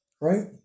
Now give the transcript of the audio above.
Right